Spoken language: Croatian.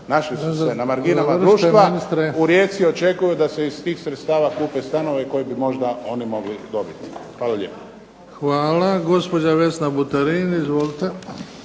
našli su se na marginama društva, u Rijeci očekuju da se iz tih sredstava kupe stanovi koje bi možda oni mogli dobiti. Hvala lijepo. **Bebić, Luka (HDZ)** Hvala. Gospođa Vesna Buterin, izvolite.